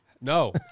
No